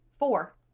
Four